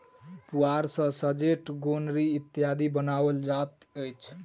पुआर सॅ सजौट, गोनरि इत्यादि बनाओल जाइत अछि